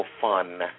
fun